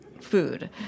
food